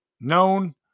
known